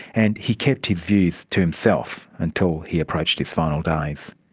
and he kept his views to himself until he approached his final days.